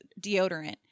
deodorant